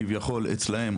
כביכול אצלם,